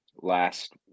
Last